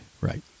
Right